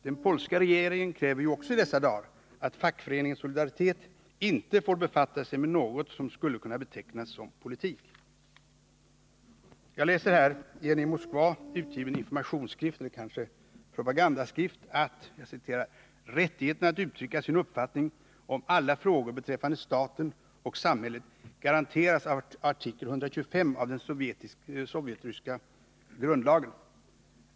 Den polska regeringen kräver ju också i dessa dagar att fackföreningen Solidaritet inte skall få befatta sig med något som skulle kunna betecknas som politik. Jag läser i en i Moskva utgiven informationsskrift eller kanske propagandaskrift att rättigheten att uttrycka sin uppfattning om alla frågor beträffande staten och samhället garanteras av artikel 125 i den sovjetryska grundlagen.